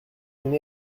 une